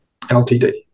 LTD